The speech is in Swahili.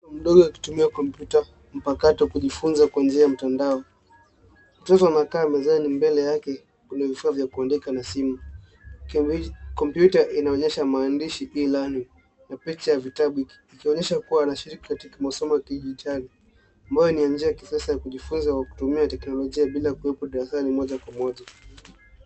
Mtoto mdogo akitumia kompyuta mpakato kujifunza kwa njia ya mtandao. Mtoto anakaa mezani, mbele yake kuna vifaa vya kuandika na simu. Kompyuta inaonyesha maandishi e-learning na picha ya vitabu ikionyesha anashiriki katika masomo ya kidijitali ambayo ni ya njia ya kisasa ya kujifunza kwa kutumia teknolojia bila kuwepo darasani moja kwa moja.